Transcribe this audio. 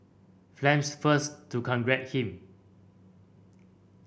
Phelps first to congratulate him